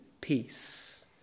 peace